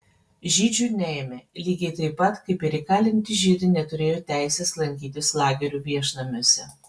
žydžių neėmė lygiai taip pat kaip ir įkalinti žydai neturėjo teisės lankytis lagerių viešnamiuose